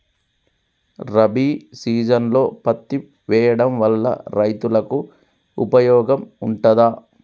రబీ సీజన్లో పత్తి వేయడం వల్ల రైతులకు ఉపయోగం ఉంటదా?